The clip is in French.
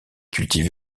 cultivé